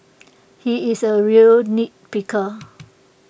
he is A real nitpicker